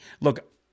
Look